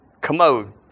commode